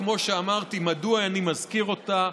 כמו שאמרתי, מדוע אני מזכיר אותה?